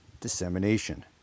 dissemination